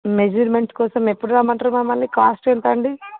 measurements కోసం ఎప్పుడు రమ్మంటారు మమ్మల్ని కాస్ట్ ఎంతండి